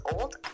old